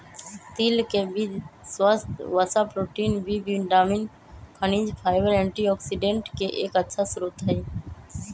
तिल के बीज स्वस्थ वसा, प्रोटीन, बी विटामिन, खनिज, फाइबर, एंटीऑक्सिडेंट के एक अच्छा स्रोत हई